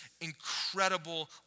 incredible